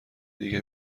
دیگه